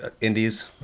Indies